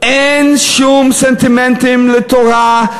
אין שום סנטימנטים לתורה,